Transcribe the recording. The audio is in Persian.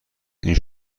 این